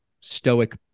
Stoic